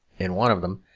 in one of them,